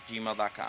gmail.com